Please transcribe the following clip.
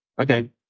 okay